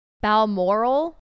Balmoral